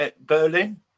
Berlin